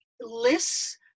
lists